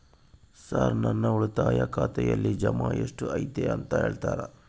Sir ನನ್ನ ಉಳಿತಾಯ ಖಾತೆಯಲ್ಲಿ ಜಮಾ ಎಷ್ಟು ಐತಿ ಅಂತ ಹೇಳ್ತೇರಾ?